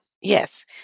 Yes